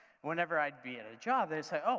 whenever i'd be at a job they'd say, oh,